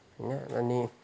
होइन अनि